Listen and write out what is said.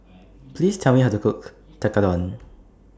Please Tell Me How to Cook Tekkadon